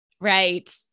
Right